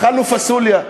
אכלנו פסוליה.